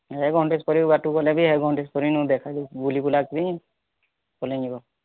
ଏ ଗଣ୍ଡେସ୍ ପରି ବାଟକୁ ଗଲେ ବି ଏ ଗଣ୍ଡେସ୍ ପରି ଦେଖା ଯିବ ବୁଲି ବୁଲା କି ବୁଲି ଯିବ